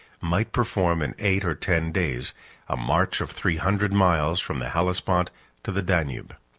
might perform in eight or ten days a march of three hundred miles from the hellespont to the danube